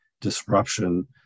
disruption